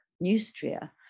Neustria